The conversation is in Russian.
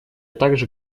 также